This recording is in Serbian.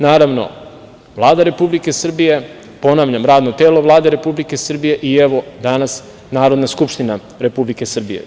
Naravno, Vlada Republike Srbije, ponavljamo radno telo Vlade Republike Srbije, i danas Narodna skupština Republike Srbije.